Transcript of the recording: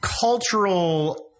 cultural